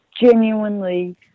genuinely